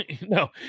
no